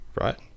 right